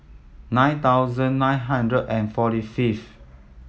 nine thousand nine hundred and forty fifth